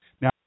Now